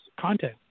content